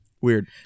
Weird